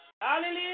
Hallelujah